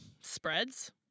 spreads